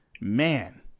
man